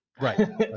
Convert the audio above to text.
Right